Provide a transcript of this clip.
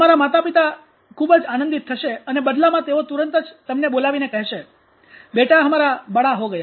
તમારા માતાપિતા ખૂબ આનંદિત થશે અને બદલામાં તેઓ તુરંત જ તમને બોલાવી કહેશે બેટા હમારા બડા હો ગયા